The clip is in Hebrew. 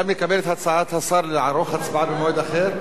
אתה מקבל את הצעת השר לערוך הצבעה במועד אחר?